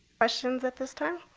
questions at this time?